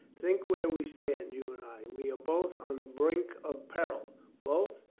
think where we stand, you and i. we are both on the brink of peril. both?